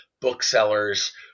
booksellers